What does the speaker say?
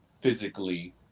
physically